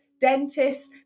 dentists